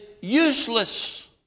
useless